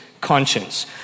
conscience